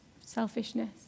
selfishness